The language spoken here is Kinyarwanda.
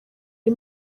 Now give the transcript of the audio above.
ari